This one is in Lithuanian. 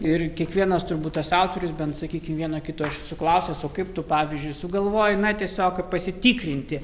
ir kiekvienas turbūt tas autorius bent su kiekvieno kito aš esu klausęs o kaip tu pavyzdžiui sugalvoji na tiesiog pasitikrinti